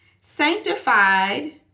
sanctified